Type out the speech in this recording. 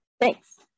Thanks